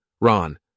Ron